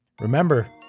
remember